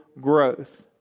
growth